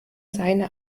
seine